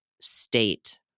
state